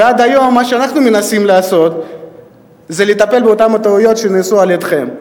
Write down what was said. ועד היום מה שאנחנו מנסים לעשות זה לטפל בטעויות שנעשו על-ידיכם.